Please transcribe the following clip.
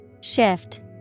Shift